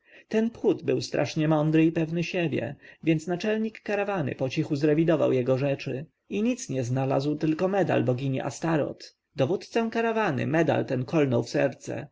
ten phut był strasznie mądry i pewny siebie więc naczelnik karawany pocichu zrewidował jego rzeczy i nic nie znalazł tylko medal bogini astaroth dowódcę karawany medal ten kolnął w serce